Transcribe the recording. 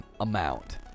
amount